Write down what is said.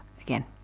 again